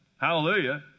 Hallelujah